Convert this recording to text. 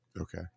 Okay